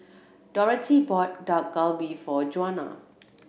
Dorothea bought Dak Galbi for Djuana